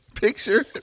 picture